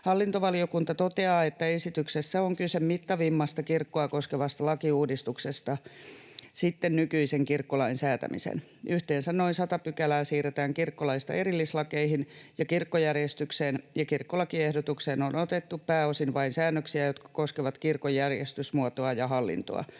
Hallintovaliokunta toteaa, että esityksessä on kyse mittavimmasta kirkkoa koskevasta lakiuudistuksesta sitten nykyisen kirkkolain säätämisen. Yhteensä noin sata pykälää siirretään kirkkolaista erillislakeihin, ja kirkkojärjestykseen ja kirkkolakiehdotukseen on otettu pääosin vain säännöksiä, jotka koskevat kirkon järjestysmuotoa ja hallintoa.